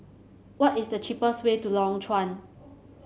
what is the cheapest way to Lorong Chuan